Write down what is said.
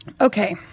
Okay